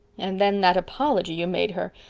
and then that apology you made her.